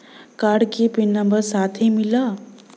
Card के pin number number साथही मिला?